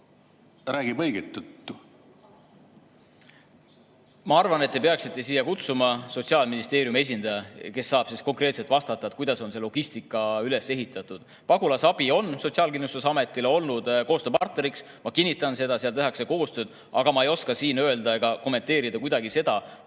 räägib õiget juttu? Ma arvan, et te peaksite siia kutsuma Sotsiaalministeeriumi esindaja, kes saab konkreetselt vastata, kuidas on see logistika üles ehitatud. Pagulasabi on Sotsiaalkindlustusametile olnud koostööpartneriks. Ma kinnitan seda, seal tehakse koostööd. Aga ma ei oska siin öelda ega kommenteerida kuidagi seda,